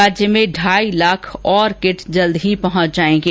राज्य में ढाई लाख और किट जल्द पहुंच जाएंगी